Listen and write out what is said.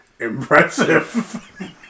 impressive